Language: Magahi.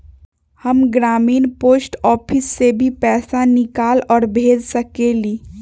हम ग्रामीण पोस्ट ऑफिस से भी पैसा निकाल और भेज सकेली?